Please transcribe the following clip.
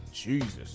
jesus